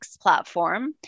platform